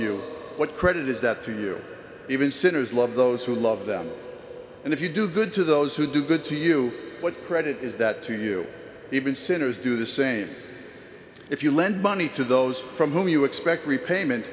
you what credit is that fear even sinners love those who love them and if you do good to those who do good to you what credit is that to you even sinners do the same if you lend money to those from whom you expect repayment